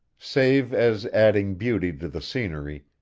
save as adding beauty to the scenery,